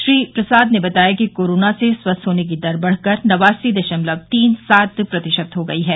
श्री प्रसाद ने बताया कि कोरोना से स्वस्थ होने की दर बढ़कर नवासी दशमलव तीन सात प्रतिशत हो गयी है